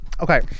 Okay